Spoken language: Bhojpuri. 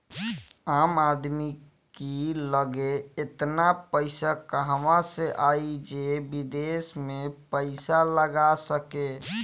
आम आदमी की लगे एतना पईसा कहवा से आई जे विदेश में पईसा लगा सके